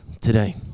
today